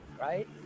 right